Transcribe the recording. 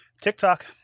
TikTok